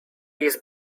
jest